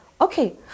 okay